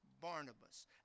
Barnabas